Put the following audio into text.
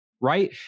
Right